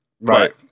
Right